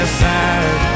side